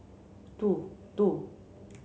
two two